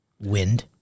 Wind